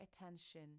attention